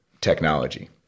technology